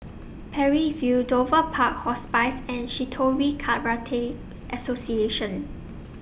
Parry View Dover Park Hospice and Shitoryu Karate Association